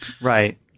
Right